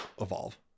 evolve